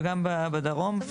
וגם בדרום.